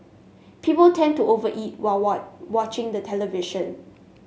people tend to over eat while what watching the television